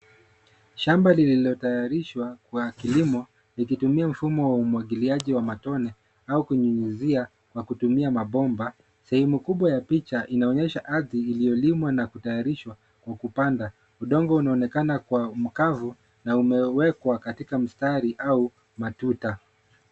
Shamba lililotayarishwa kwa kilimo likitumia mfumo wa umwangiliaji wa matone au kunyunyizia kwa kutumia mabomba. Sehemu kubwa ya picha inaonyesha ardhi iliyolimwa na kutayarishwa kwa kupanda. Udongo unaonekana kuwa mkavu na umewekwa katika mstari au matuta.